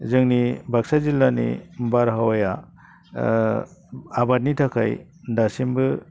जोंनि बाक्सा जिल्लानि बारहावाया आबादनि थाखाय दासिमबो